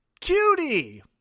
Cutie